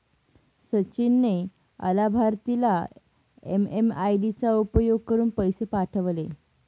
सचिन ने अलाभार्थीला एम.एम.आय.डी चा उपयोग करुन पैसे पाठवले